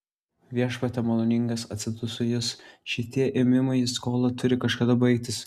viešpatie maloningas atsiduso jis šitie ėmimai į skolą turi kažkada baigtis